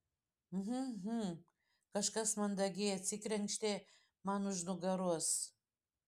hm hm kažkas mandagiai atsikrenkštė man už nugaros